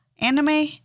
anime